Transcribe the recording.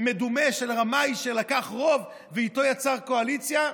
מדומה של רמאי שלקח רוב ואיתו יצר קואליציה,